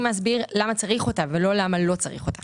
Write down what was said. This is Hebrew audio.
להסביר למה צריך אותה ולא למה לא צריך אותה.